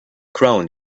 crown